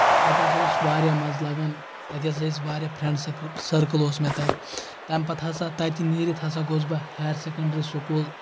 تَتہِ ہسا اوس واریاہ مَزٕ لگان تتہِ ہسا ٲسۍ واریاہ فرٛؠنٛڈ سکل سٔرکٕل اوس مےٚ تَتہِ تَمہِ پتہٕ ہسا تَتہِ نیٖرِتھ ہسا گوٚوُس بہٕ ہایر سیکنڈری سکوٗل